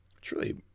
truly